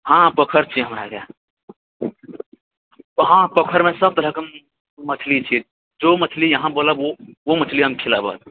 हाँ पोखरि छै हमरा आरके हाँ पोखरिमे सभ तरहकेँ मछली छै जो मछली अहाँ बोलब ओ मछली हम खिलाएब